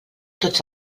tots